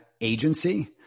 Agency